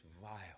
vile